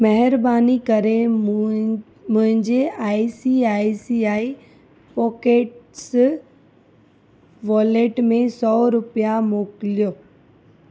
महिरबानी करे मूं मुंहिंजे I C I C I pockets wallet में सौ रुपिया मोकिलियो